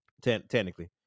technically